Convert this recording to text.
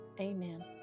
Amen